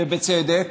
ובצדק,